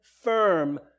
firm